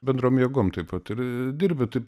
bendrom jėgom taip pat ir dirbi taip